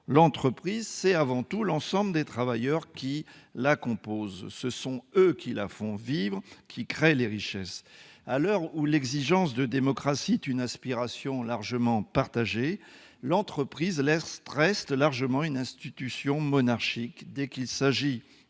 l'entreprise, c'est avant tout l'ensemble des travailleurs qui la compose. Ce sont eux qui la font vivre, qui créent les richesses. À l'heure où l'exigence de démocratie est une aspiration largement partagée, l'entreprise reste largement une institution monarchique. Dès qu'il s'agit